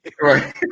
Right